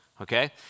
okay